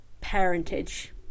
parentage